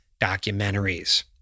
documentaries